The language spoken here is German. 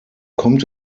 kommt